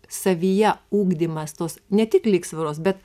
savyje ugdymas tos ne tik lygsvaros bet